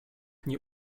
nie